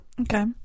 Okay